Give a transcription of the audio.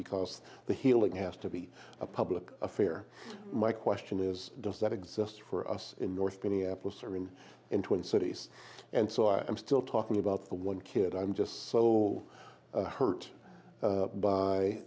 because the healing has to be a public affair my question is does that exist for us in north minneapolis or in in twenty cities and so i am still talking about the one kid i'm just so hurt